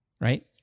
right